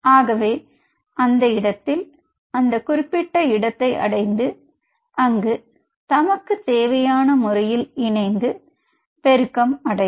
ஆகவே அந்த இடத்தில் அந்த குறிப்பிட்ட இடத்தை அடைந்து அங்கு தமக்குத் தேவையான முறையில் இணைந்து அங்கே பெருக்கம் அடையும்